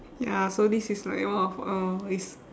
ya so this is like one of a it's